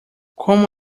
como